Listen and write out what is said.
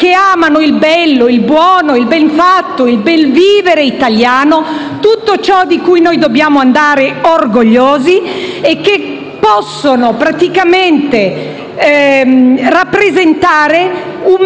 amano il bello, il buono, il benfatto, il bel vivere italiano, tutto ciò di cui dobbiamo andare orgogliosi e che può rappresentare un